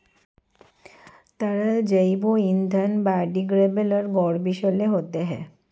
तरल जैव ईंधन बायोडिग्रेडेबल और गैर विषैले होते हैं